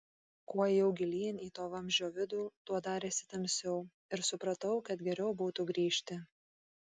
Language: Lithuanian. kuo ėjau gilyn į to vamzdžio vidų tuo darėsi tamsiau ir supratau kad geriau būtų grįžti